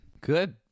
Good